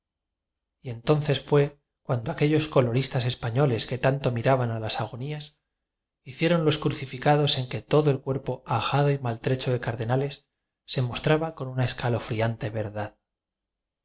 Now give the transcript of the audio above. y entonces fue cuando aquellos coloristas españoles que tanto miraban a las agonías hicieron los crucificados en que todo el cuerpo ajado y maltrecho de carde nales se mostraba con una escalofriante verdad